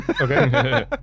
Okay